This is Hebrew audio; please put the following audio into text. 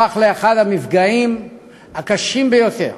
הפך לאחד המפגעים הקשים ביותר.